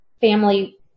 family